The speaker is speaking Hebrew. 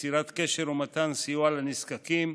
יצירת קשר ומתן סיוע לנזקקים,